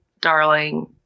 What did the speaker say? darling